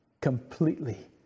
completely